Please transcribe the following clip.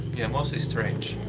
yeah mostly strange.